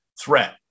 threat